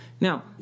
Now